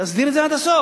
תסדיר את זה עד הסוף.